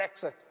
Brexit